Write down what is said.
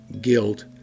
guilt